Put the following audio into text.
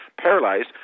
paralyzed